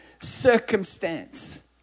circumstance